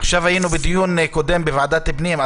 עכשיו היינו בדיון קודם בוועדת הפנים,